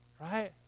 right